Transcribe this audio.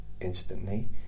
instantly